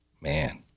man